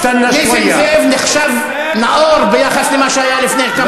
נסים זאב נחשב נאור יחסית למה שהיה לפני כמה דקות כאן.